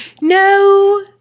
no